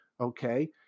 okay